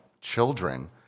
children